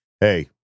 hey